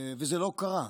זה לא קרה.